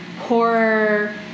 horror